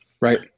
Right